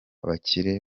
bakire